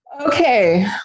Okay